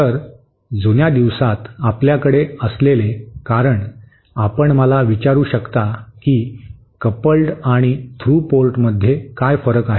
तर जुन्या दिवसात आपल्याकडे असलेले कारण आपण मला विचारू शकता की कपल्ड आणि थ्रू पोर्टमध्ये काय फरक आहे